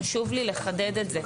חשוב לי לחדד את זה.